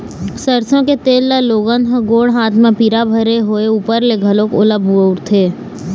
सरसो के तेल ल लोगन ह गोड़ हाथ म पीरा भरे होय ऊपर ले घलोक ओला बउरथे